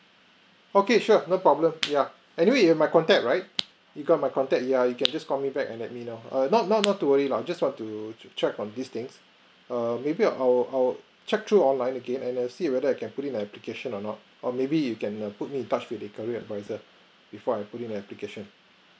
okay sure no problem yeah anyway you have my contact right you got my contact yeah you can just call me back and let me know err not not not to worry lah I just want to check on these things err maybe I'll I'll check through online again and see whether I can put in an application or not or maybe you can err put me in touch with the career advisor before I put in an application